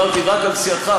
דיברתי רק על סיעתך,